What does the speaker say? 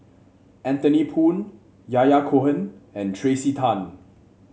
Anthony Poon Yahya Cohen and Tracey Tan